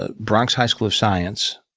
ah bronx high school of science,